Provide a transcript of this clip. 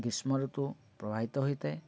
ଗ୍ରୀଷ୍ମ ଋତୁ ପ୍ରବାହିିତ ହୋଇଥାଏ